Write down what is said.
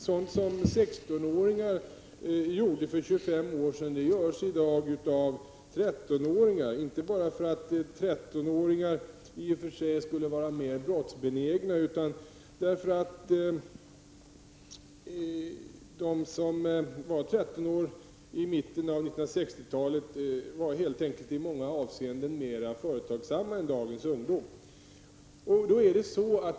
Sådant som 16-åringar gjorde för 25 år sedan görs i dag av 13 åringar, inte för att 13-åringar i och för sig skulle vara mer brottsbenägna än de som var 13 år i mitten av 1960-talet, utan helt enkelt därför att dagens ungdom i många avseenden är mer företagsam än gårdagens ungdom.